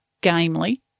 gamely